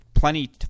Plenty